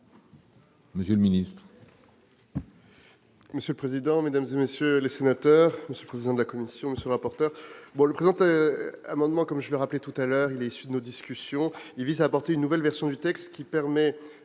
Monsieur le ministre